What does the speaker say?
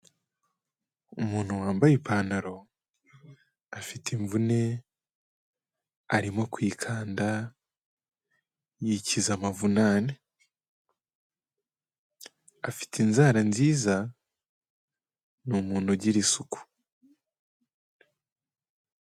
Umuntu wambaye ipantaro afite imvune arimo kwikanda yikiza amavunane. Afite inzara nziza, numuntu ugira isuku.